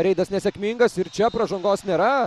reidas nesėkmingas ir čia pražangos nėra